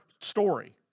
story